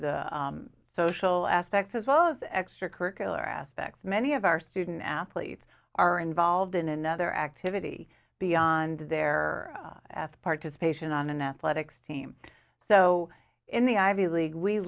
the social aspect as well as extracurricular aspects many of our student athletes are involved in another activity beyond their ath participation on an athletics team so in the ivy league we